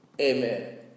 Amen